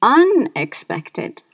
unexpected